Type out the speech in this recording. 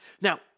Now